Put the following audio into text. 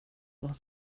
vad